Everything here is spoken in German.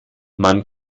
man